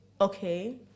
okay